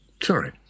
Sorry